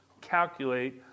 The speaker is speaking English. calculate